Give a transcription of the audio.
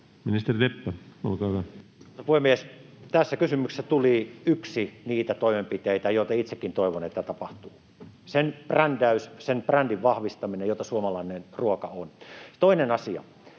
Ministeri Leppä, olkaa hyvä. Arvoisa puhemies! Tässä kysymyksessä tuli yksi niistä toimenpiteistä, joita itsekin toivon, että tapahtuu: sen brändäys, sen brändin vahvistaminen, jota suomalainen ruoka on. Toinen asia